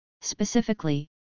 specifically